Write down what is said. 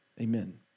Amen